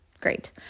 great